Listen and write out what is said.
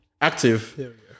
Active